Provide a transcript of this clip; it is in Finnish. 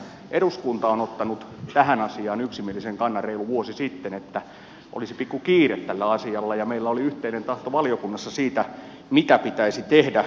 eduskunta on ottanut tähän asiaan yksimielisen kannan reilu vuosi sitten niin että olisi pikku kiire tällä asialla ja meillä oli yhteinen tahto valiokunnassa siitä mitä pitäisi tehdä